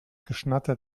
geschnatter